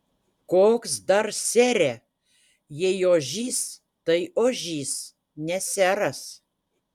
koks dar sere jei ožys tai ožys ne seras